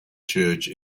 church